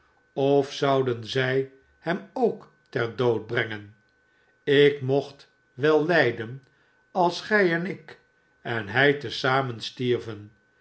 of zouden zij hem ook ter dood brengen ik mocht wel lijden als gij en ik en hij te zamen stierven